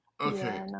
Okay